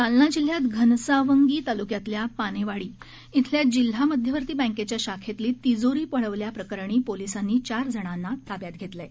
जालना जिल्ह्यात घनसावंगी ताल्क्यातल्या पानेवाडी इथल्या जिल्हा मध्यवर्ती बँकेच्या शाखेतली तिजोरी पळवल्या प्रकरणी पोलिसांनी चार जणांना ताब्यात घेतलं आहे